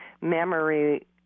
memory